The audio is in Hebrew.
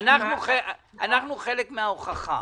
אנחנו חלק מההוכחה.